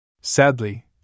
Sadly